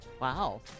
Wow